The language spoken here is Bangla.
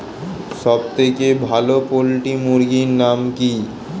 সবথেকে ভালো পোল্ট্রি মুরগির নাম কি?